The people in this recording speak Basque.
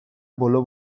bolo